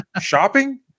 shopping